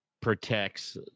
protects